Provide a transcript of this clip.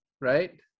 right